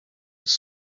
għas